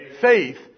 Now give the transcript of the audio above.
faith